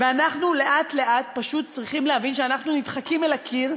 ואנחנו צריכים להבין שאנחנו לאט-לאט פשוט נדחקים עם הגב אל הקיר,